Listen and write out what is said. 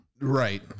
right